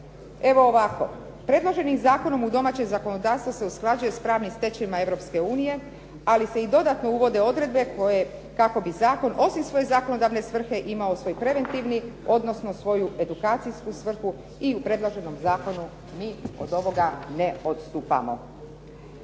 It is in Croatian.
evo ovako, predloženim zakonom domaće zakonodavstvo se usklađuje s pravnim stečevinama Europske unije, ali se i dodatno uvode odredbe koje, kako bi zakon osim svoje zakonodavne svrhe, imao svoj preventivnu odnosno svoju edukacijsku svrhu i u predloženom zakonu mi od ovoga ne odstupamo.